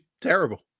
terrible